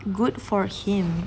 good for him